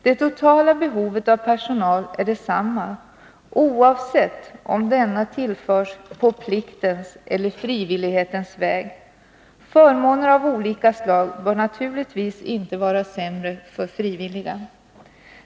Det totåla behovet av personal är detsamma oavsett om personalen tillförs på pliktens eller frivillighetens väg. Förmåner av olika slag bör naturligtvis inte vara sämre för de frivilliga.